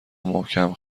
محکم